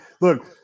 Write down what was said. look